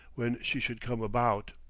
when she should come about.